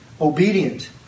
obedient